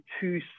two